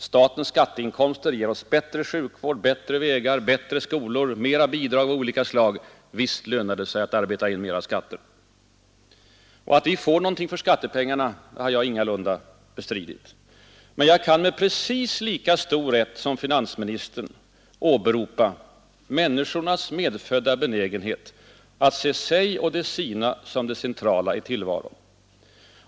Statens skatteinkomster ger oss bättre sjukvård, bättre vägar, bättre skolor, mera bidrag av olika slag — visst lönar det sig att arbeta in mera skatter. Och att vi får något för skattepengarna har jag ingalunda bestritt. Men jag kan med precis lika stor rätt som finansministern åberopa ”människornas medfödda benägenhet att se sig och de sina som det centrala i tillvaron”.